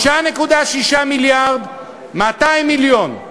3.6 מיליארד, 200 מיליון.